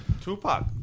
Tupac